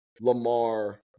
Lamar